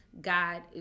god